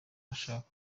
bashaka